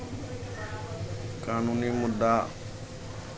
कानूनी मुद्दा